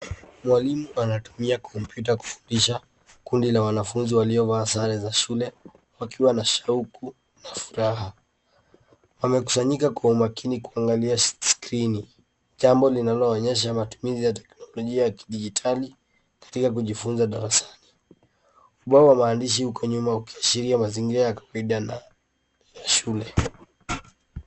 Mwalimu anatumia kompyuta kufundisha kundi la wanafunzi waliovaa sare za shule wakiwa na shauku na furaha. Wamekusanyika kwa umakini kuangalia skrini jambo linaloonyesha matumizi ya teknolojia ya kidijitali katika kujifunza darasani. Ubao wa maandishi uko nyuma ukiashiria mazingira ya kawaida na ya shule.